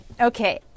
Okay